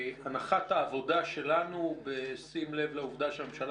הנחת העבודה שלנו בשים לב לכך שהממשלה